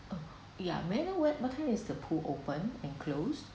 oh ya may I know when what time is the pool open and close